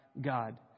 god